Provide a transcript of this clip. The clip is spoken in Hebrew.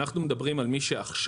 אנחנו מדברים על מי שעכשיו.